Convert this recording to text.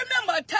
remember